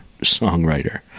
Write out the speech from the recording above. songwriter